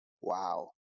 wow